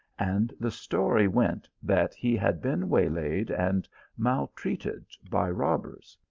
and the story went that he had been waylaid and maltreated by robbers.